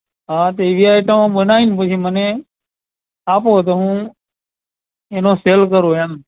હા તો એવી આઇટમો બનાય પછી મને આપો તો હું એનો સેલ કરું એમ